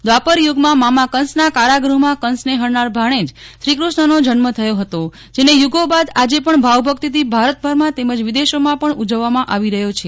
દ્વાપર થુગમાં મામા કંસના કારાગૃહમાં કંસને હણનાર ભાણેજ શ્રી કૃષ્ણનો જન્મ થયો હતો જેને યુગો બાદ આજે પણ ભાવભક્તિથી ભારતભરમાં તેમ જ વિદેશોમાં પણ ઉજવવામાં આવી રહ્યો છે